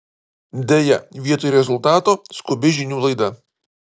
deja vietoj rezultato skubi žinių laida